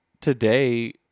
today